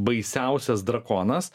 baisiausias drakonas